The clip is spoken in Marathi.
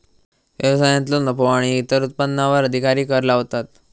व्यवसायांतलो नफो आणि इतर उत्पन्नावर अधिकारी कर लावतात